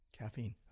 Caffeine